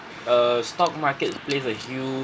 err stock market plays a huge